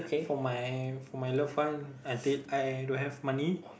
for my for my loved one I did I don't have money